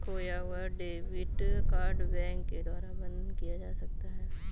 खोया हुआ debit card bank के द्वारा बंद किया जा सकता है